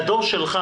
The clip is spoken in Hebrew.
הדור שלך